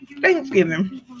Thanksgiving